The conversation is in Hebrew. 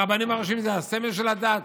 הרבנים הראשיים זה הסמל של הדת.